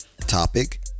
topic